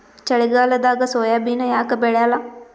ಚಳಿಗಾಲದಾಗ ಸೋಯಾಬಿನ ಯಾಕ ಬೆಳ್ಯಾಲ?